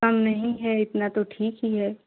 कम नहीं है इतना तो ठीक ही है